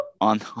on